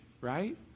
right